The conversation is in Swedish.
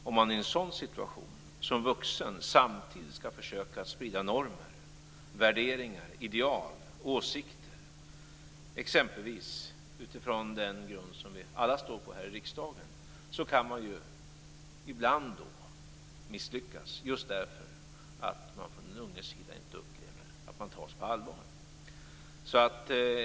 Om man i en sådan situation, som vuxen, samtidigt skall försöka sprida normer, värderingar, ideal och åsikter - exempelvis utifrån den grund som vi alla står på här i riksdagen - kan man ibland misslyckas just därför att man från den unges sida inte upplever att man tas på allvar.